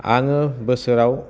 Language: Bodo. आङो बोसोराव